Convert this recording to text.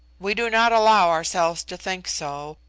we do not allow ourselves to think so,